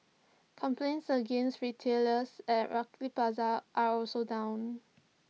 complaints against retailers at Lucky Plaza are also down